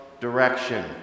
direction